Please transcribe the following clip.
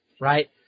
Right